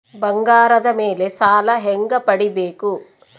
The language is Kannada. ಬಂಗಾರದ ಮೇಲೆ ಸಾಲ ಹೆಂಗ ಪಡಿಬೇಕು?